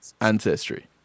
ancestry